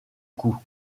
coût